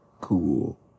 cool